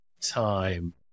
time